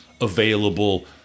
available